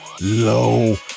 Low